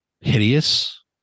hideous